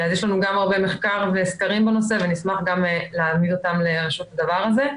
יש לנו גם הרבה מחקר וסקרים בנושא ונשמח גם להעמיד אותם לרשות הדבר הזה.